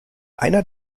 einer